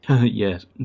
Yes